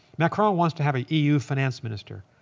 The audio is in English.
macron wants to have a eu finance minister.